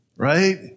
right